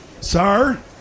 Sir